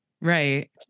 Right